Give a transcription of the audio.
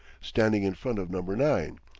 standing in front of number nine,